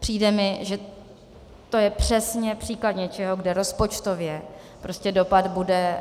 Přijde mi, že to je přesně případ něčeho, kde rozpočtově prostě dopad bude